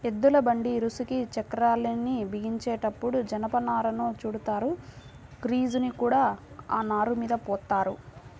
ఎద్దుల బండి ఇరుసుకి చక్రాల్ని బిగించేటప్పుడు జనపనారను చుడతారు, గ్రీజుని కూడా ఆ నారమీద పోత్తారు